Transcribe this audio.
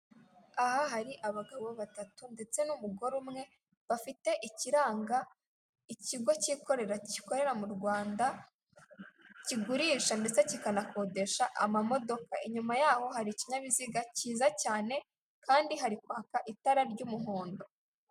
Aha hari abagabo batatu ndetse n'umugore umwe bafite ikiranga ikigo cy'ikorera gikorera mu Rwanda kigurisha ndetse kikana kodesha ama modoka. Inyuma yaho hari ikinyabiziga cyiza cyane kandi hari kwaka itara ry'umuhondo.